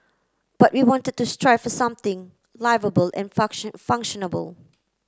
but we wanted to strive for something liveable and function